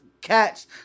cats